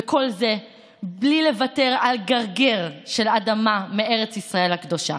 וכל זה בלי לוותר על גרגר של אדמה מארץ ישראל הקדושה.